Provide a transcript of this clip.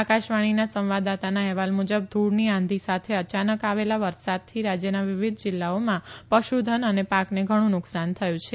આકાશવાણીના સંવાદદાતાના અહેવાલ મુજબ ધૂળની આંધી સાથે અયાનક આવેલા વરસાદથી રાજ્યના વિવિધ જિલ્લાઓમાં પશુધન અને પાકને ઘણું નુકસાન થયું છે